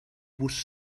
vos